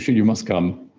you must come.